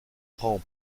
prend